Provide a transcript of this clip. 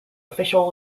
official